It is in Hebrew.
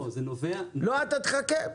אתה תחכה,